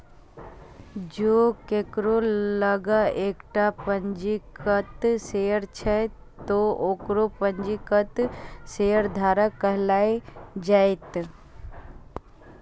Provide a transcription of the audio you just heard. जों केकरो लग एकटा पंजीकृत शेयर छै, ते ओकरा पंजीकृत शेयरधारक कहल जेतै